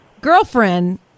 girlfriend